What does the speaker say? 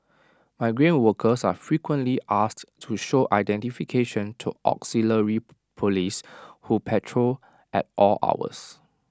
migrant workers are frequently asked to show identification to auxiliary Police who patrol at all hours